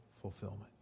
fulfillment